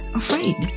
afraid